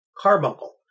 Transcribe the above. carbuncle